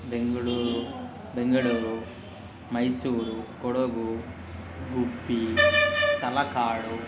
Bengaluru Bengaluru Mysuru Kodagu Gubbi Talakadu